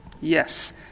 Yes